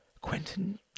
Quentin